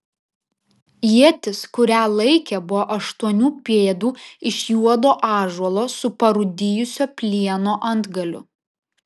ietis kurią laikė buvo aštuonių pėdų iš juodo ąžuolo su parūdijusio plieno antgaliu